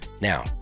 Now